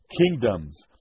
kingdoms